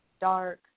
dark